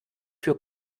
für